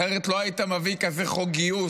אחרת לא היית מביא כזה חוק גיוס,